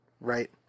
right